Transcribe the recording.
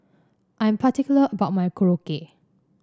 I am particular about my Korokke